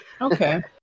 Okay